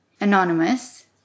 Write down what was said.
Anonymous